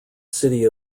city